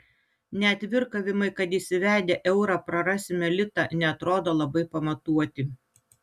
net virkavimai kad įsivedę eurą prarasime litą neatrodo labai pamatuoti